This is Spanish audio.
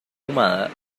ahumada